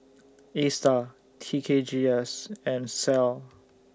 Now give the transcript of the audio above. ASTAR T K G S and Sal